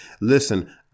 Listen